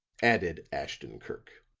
added ashton-kirk